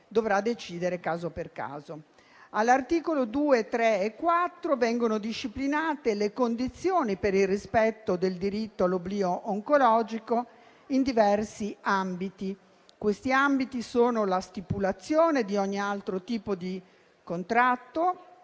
dovrà decidere caso per caso. Agli articoli 2, 3 e 4 vengono disciplinate le condizioni per il rispetto del diritto all'oblio oncologico in diversi ambiti. Questi ambiti sono la stipulazione di ogni tipo di contratto,